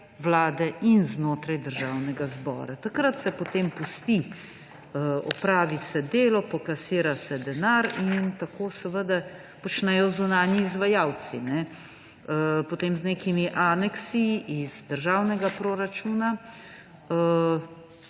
Vlade in znotraj Državnega zbora. Takrat se potem pusti, opravi se delo, pokasira se denar in tako počnejo zunanji izvajalci. Potem z nekimi aneksi iz državnega proračuna